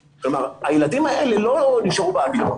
כלומר, הילדים האלה לא נשארו באוויר.